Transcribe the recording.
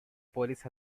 police